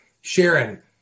Sharon